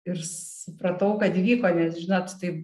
ir supratau kad įvyko nes žinot tai